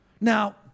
Now